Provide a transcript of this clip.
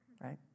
right